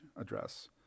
address